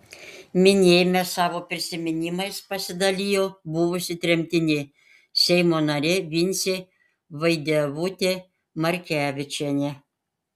minėjime savo prisiminimais pasidalijo buvusi tremtinė seimo narė vincė vaidevutė markevičienė